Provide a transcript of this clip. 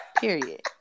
Period